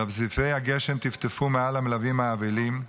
זרזיפי הגשם טפטפו מעל המלווים האבלים,